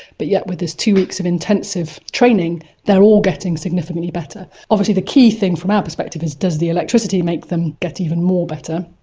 but yet with this two weeks of intensive training they're all getting significantly better. obviously the key thing from our perspective is does the electricity make them get even more better?